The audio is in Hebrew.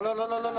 לא.